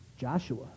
Joshua